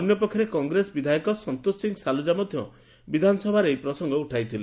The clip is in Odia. ଅନ୍ୟପକ୍ଷରେ କଂଗ୍ରେସ ବିଧାୟକ ସନ୍ତୋଷ ସିଂହ ସାଲ୍ଚଜା ମଧ୍ୟ ବିଧାନସଭାରେ ଏହି ପ୍ରସଙ୍ଙ ଉଠାଇଥିଲେ